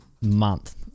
month